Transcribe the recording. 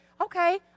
Okay